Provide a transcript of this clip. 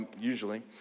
usually